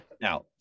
Now